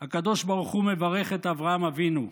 הקדוש ברוך הוא מברך את אברהם אבינו: